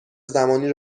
زمانی